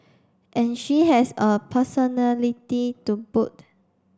and she has a personality to boot